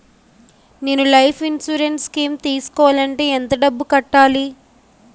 నేను life insurance scheme తీసుకోవాలంటే ఎంత డబ్బు కట్టాలి?